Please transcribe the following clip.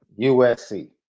USC